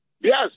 Yes